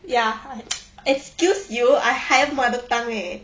ya excuse you I higher mother tongue leh